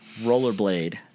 rollerblade